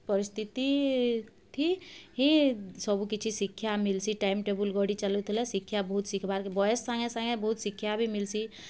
ପରିସ୍ଥିତିଥି ହିଁ ସବୁକିଛି ଶିକ୍ଷା ମିଲ୍ସି ଟାଇମ୍ ଟେବୁଲ୍ ଗଢ଼ି ଚାଲୁଥିଲା ଶିକ୍ଷା ବହୁତ ଶିଖବାର୍ ବୟସ୍ ସାଙ୍ଗେ ସାଙ୍ଗେ ବହୁତ୍ ଶିକ୍ଷା ବି ମିଲ୍ସି